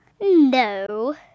No